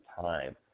time